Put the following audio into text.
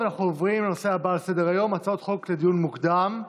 ואנחנו עוברים לנושא הבא על סדר-היום: הצעות חוק לדיון מוקדם.